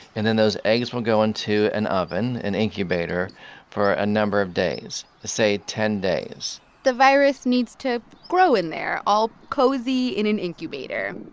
and then those eggs will go into an oven an incubator for a number of days say, ten days the virus needs to grow in there, all cozy in an incubator.